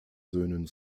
söhnen